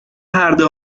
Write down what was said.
پرده